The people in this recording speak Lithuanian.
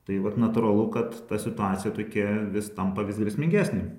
tai vat natūralu kad ta situacija tokia vis tampa vis grėsmingesnė